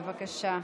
בבקשה.